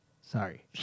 sorry